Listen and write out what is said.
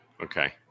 Okay